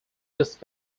just